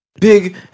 Big